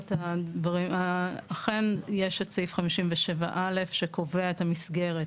הדברים, אכן יש את סעיף 57א' שקובע את המסגרת